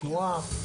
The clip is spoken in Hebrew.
תנועה,